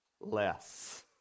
less